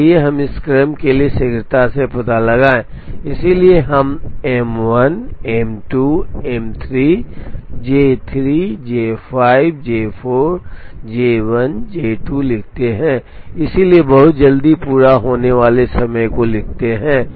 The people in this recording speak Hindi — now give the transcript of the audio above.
तो आइए हम इस क्रम के लिए शीघ्रता से पता लगाएं इसलिए हम M1 M2 M3 J3 J5 J4 J1 J2 लिखते हैं इसलिए बहुत जल्दी पूरा होने वाले समय को लिखते हैं